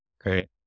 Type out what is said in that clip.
great